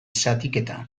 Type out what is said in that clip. zatiketa